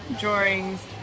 drawings